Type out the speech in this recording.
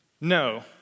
no